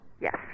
Yes